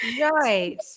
Right